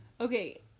Okay